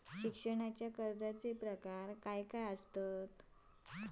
शिक्षणाच्या कर्जाचो प्रकार काय आसत?